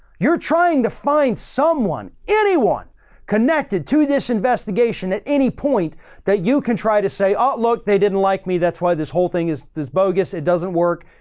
you're trying to find someone, anyone connected to this investigation at any point that you can try to say, oh look, they didn't like me. that's why this whole thing is, it's bogus. it doesn't work.